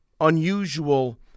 unusual